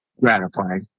gratifying